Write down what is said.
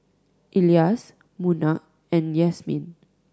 Elyas Munah and Yasmin